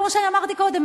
כמו שאמרתי קודם,